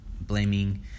blaming